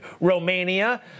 Romania